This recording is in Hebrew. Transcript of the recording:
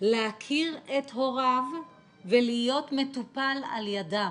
להכיר את הוריו ולהיות מטופל על ידם'.